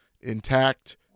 intact